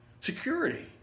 Security